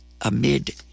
amid